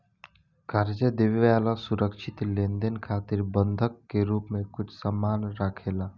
कर्जा देवे वाला सुरक्षित लेनदेन खातिर बंधक के रूप में कुछ सामान राखेला